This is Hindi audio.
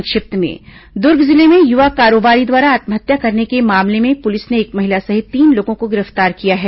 संक्षिप्त समाचार दुर्ग जिले में युवा कारोबारी द्वारा आत्महत्या करने के मामले में पुलिस ने एक महिला सहित तीन लोगों को गिरफ्तार किया है